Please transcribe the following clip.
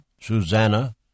Susanna